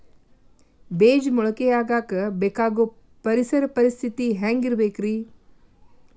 ಬೇಜ ಮೊಳಕೆಯಾಗಕ ಬೇಕಾಗೋ ಪರಿಸರ ಪರಿಸ್ಥಿತಿ ಹ್ಯಾಂಗಿರಬೇಕರೇ?